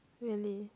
really